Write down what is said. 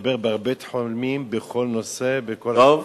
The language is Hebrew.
לדבר בהרבה תחומים, בכל נושא, בכל חוק.